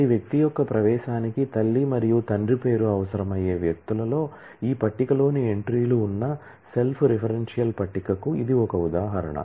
ప్రతి వ్యక్తి యొక్క ప్రవేశానికి తల్లి మరియు తండ్రి పేరు అవసరమయ్యే వ్యక్తులలో ఈ టేబుల్ లోని ఎంట్రీలు ఉన్న సెల్ఫ్ రెఫరెన్షియల్ టేబుల్ కు ఇది ఒక ఉదాహరణ